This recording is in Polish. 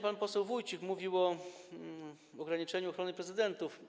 Pan poseł Wójcik mówił o ograniczeniu ochrony prezydentów.